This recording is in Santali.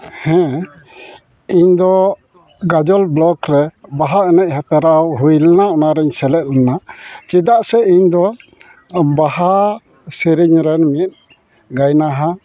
ᱦᱮᱸ ᱤᱧᱫᱚ ᱜᱟᱡᱚᱞ ᱨᱮ ᱵᱟᱦᱟ ᱮᱱᱮᱡ ᱦᱟᱯᱨᱟᱣ ᱦᱩᱭ ᱞᱮᱱᱟ ᱚᱱᱟᱨᱮᱧ ᱥᱮᱞᱮᱫ ᱞᱮᱱᱟ ᱪᱮᱫᱟᱜ ᱥᱮ ᱤᱧᱫᱚ ᱵᱟᱦᱟ ᱥᱮᱨᱮᱧ ᱨᱮᱱ ᱢᱤᱫ ᱜᱟᱭᱱᱟᱦᱟ